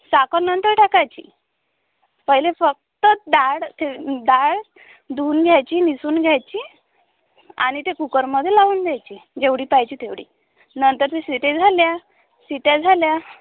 साखर नंतर टाकायची पहिले फक्त डाळ डाळ धुऊन घ्यायची निसून घ्यायची आणि ते कुकरमधे लावून द्यायची जेवढी पाहिजे तेवढी नंतर ते शिटी झाल्या शिट्या झाल्या